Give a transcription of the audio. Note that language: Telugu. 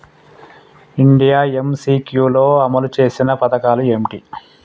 ఇండియా ఎమ్.సి.క్యూ లో అమలు చేసిన పథకాలు ఏమిటి?